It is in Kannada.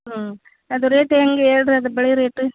ಹ್ಞೂ ಅದು ರೇಟ್ ಹೇಗೆ ಹೇಳಿರಿ ಅದು ಬಳೆ ರೇಟ